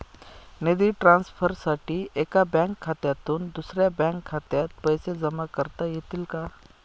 निधी ट्रान्सफरसाठी एका बँक खात्यातून दुसऱ्या बँक खात्यात पैसे जमा करता येतील का?